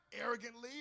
arrogantly